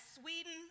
Sweden